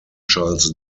charles